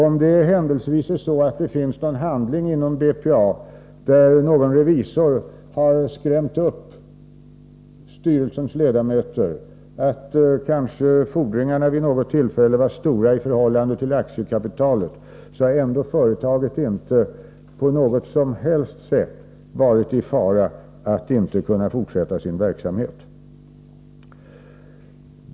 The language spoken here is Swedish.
Om det händelsevis är så att det finns någon handling inom BPA i vilken någon revisor har skrämt upp styrelsens ledamöter med att fordringarna kanske vid något tillfälle var stora i förhållande till aktiekapitalet, så har det ändå inte varit någon som helst fara för att företaget inte skulle kunna fortsätta sin verksamhet.